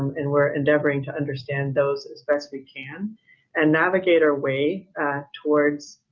and we're endeavoring to understand those as best we can and navigate our way towards